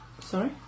Sorry